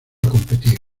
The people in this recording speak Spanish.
competir